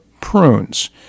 prunes